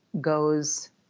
goes